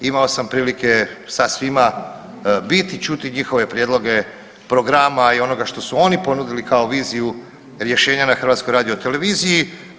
Imao sam prilike sa svima biti i čuti njihove prijedloge programa i onoga što su oni ponudili kao viziju rješenja na HRT-u.